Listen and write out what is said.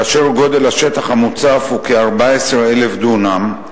גודל השטח המוצף הוא כ-14,000 דונם,